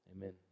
Amen